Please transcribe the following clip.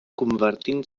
convertint